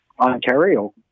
Ontario